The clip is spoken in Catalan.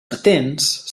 patents